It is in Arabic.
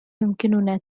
يمكننا